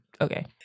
Okay